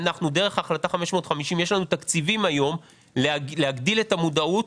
דרך החלטה 550 יש לנו היום תקציבים להגדיל את המודעות.